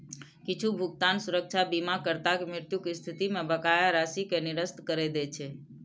किछु भुगतान सुरक्षा बीमाकर्ताक मृत्युक स्थिति मे बकाया राशि कें निरस्त करै दै छै